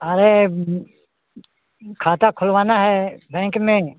अरे खाता खुलवाना है बैंक में